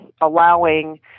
allowing